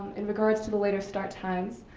in regards to the later start times,